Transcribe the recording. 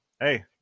hey